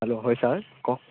hello হয় sir কওক